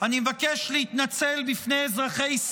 אתם עצובים